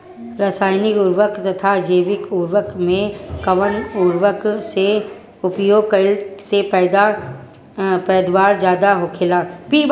रसायनिक उर्वरक तथा जैविक उर्वरक में कउन उर्वरक के उपयोग कइला से पैदावार ज्यादा होखेला?